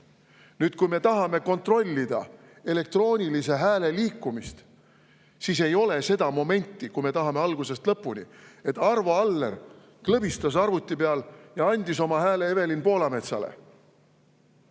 Nüüd, kui me tahame kontrollida elektroonilise hääle liikumist, siis ei ole seda momenti, et me saaksime algusest lõpuni teada, et Arvo Aller klõbistas arvuti peal ja andis oma hääle Evelin Poolametsale,